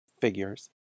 figures